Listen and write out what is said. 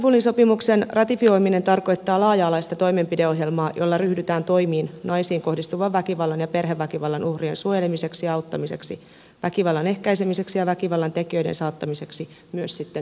istanbulin sopimuksen ratifioiminen tarkoittaa laaja alaista toimenpideohjelmaa jolla ryhdytään toimiin naisiin kohdistuvan väkivallan ja perheväkivallan uhrien suojelemiseksi ja auttamiseksi väkivallan ehkäisemiseksi ja väkivallan tekijöiden saattamiseksi myös sitten syytteeseen